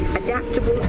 adaptable